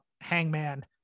hangman